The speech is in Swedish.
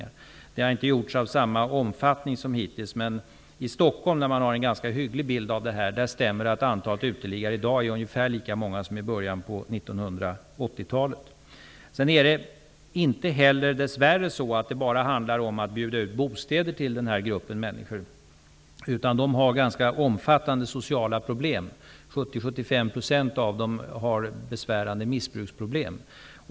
Det har hittills inte gjorts några inventeringar av samma omfattning, men i Stockholm, där man har en ganska hygglig bild av situationen, stämmer det att antalet uteliggare i dag är ungefär lika stort som det var i början på 1980 Dess värre handlar det inte heller bara om att bjuda ut bostäder till den här gruppen människor, utan de har ganska omfattande sociala problem, 70 --75 % av dem har besvärande missbruksproblem.